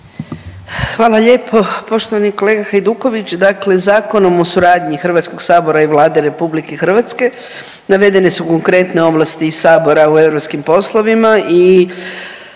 Hvala lijepo poštovani kolega Hajduković. Dakle Zakonom o suradnji HS-a i Vlade RH navedene su konkretne ovlasti i Sabora u europskim poslovima i